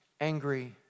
angry